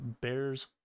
bears